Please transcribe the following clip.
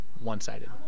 one-sided